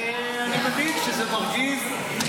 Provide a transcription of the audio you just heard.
ואני מבין שזה מרגיז.